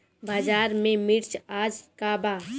बाजार में मिर्च आज का बा?